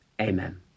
Amen